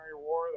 War